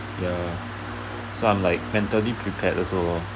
ya so I'm like mentally prepared also lor